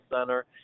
Center